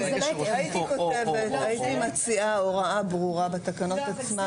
אני הייתי מציעה הוראה ברורה בתקנות עצמן